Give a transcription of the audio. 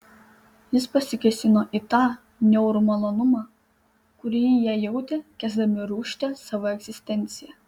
jis pasikėsino į tą niaurų malonumą kurį jie jautė kęsdami rūsčią savo egzistenciją